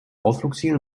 ausflugsziel